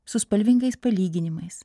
su spalvingais palyginimais